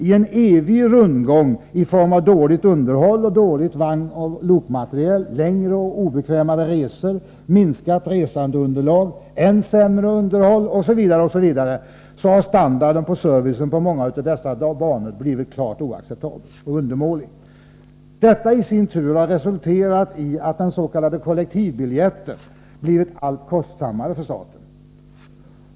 I en evig rundgång i form av dåligt underhåll och dåligt vagnoch lokmaterial, längre och obekvämare resor, minskat resandeunderlag, än sämre underhåll osv. har standarden och servicen på många av dessa banor blivit klart undermålig och oacceptabel. Detta i sin tur har resulterat i att den s.k. kollektivbiljetten blivit allt kostsammare för staten.